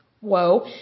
Whoa